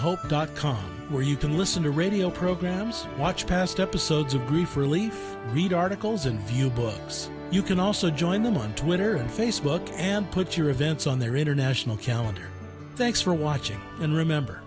hope dot com where you can listen to radio programs watch past episodes of grief relief read articles and view books you can also join them on twitter and facebook and put your events on their international calendar thanks for watching and remember